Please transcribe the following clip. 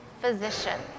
physician